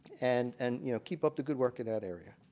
and and you know keep up the good work in that area.